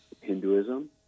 Hinduism